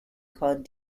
called